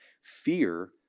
fear